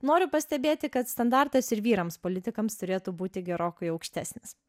noriu pastebėti kad standartas ir vyrams politikams turėtų būti gerokai aukštesnis